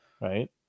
Right